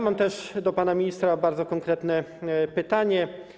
Mam też do pana ministra bardzo konkretne pytanie.